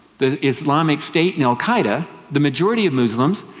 the islamic state in al queda, the majority of muslims,